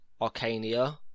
Arcania